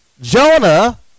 Jonah